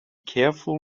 careful